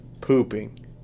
pooping